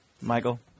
Michael